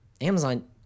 Amazon